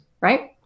Right